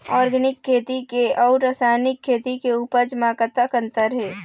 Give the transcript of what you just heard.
Organic खेती के अउ रासायनिक खेती के उपज म कतक अंतर हे?